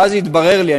ואז התברר לי,